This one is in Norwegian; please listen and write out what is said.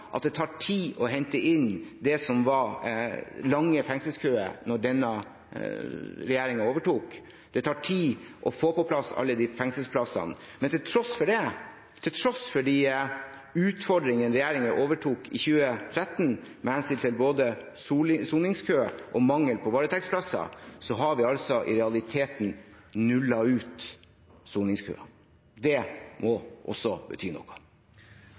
det tar tid å hente inn det som var lange fengselskøer da denne regjeringen overtok. Det tar tid å få på plass alle fengselsplassene. Men til tross for de utfordringene regjeringen overtok i 2013 med hensyn til både soningskø og mangel på varetektsplasser, har vi i realiteten nullet ut soningskøene. Det må også bety noe.